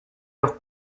leur